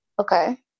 Okay